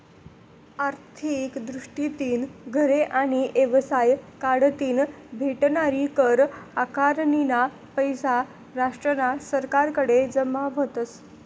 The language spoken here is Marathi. आर्थिक दृष्टीतीन घरे आणि येवसाय कढतीन भेटनारी कर आकारनीना पैसा राष्ट्रना सरकारकडे जमा व्हतस